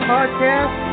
Podcast